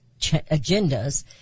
agendas